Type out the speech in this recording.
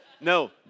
No